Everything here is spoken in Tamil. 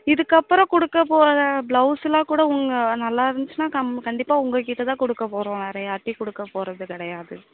இதுக்கப்புறம் கொடுக்கப்போறத ப்ளௌஸெல்லாம் கூட உங்கள் நல்லாஇருந்ச்சின்னா கம் கண்டிப்பாக உங்கள்கிட்ட தான் கொடுக்கப் போகிறோம் வேறு யார்கிட்டியும் கொடுக்கப் போகிறது கிடையாது